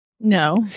no